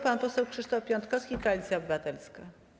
Pan poseł Krzysztof Piątkowski, Koalicja Obywatelska.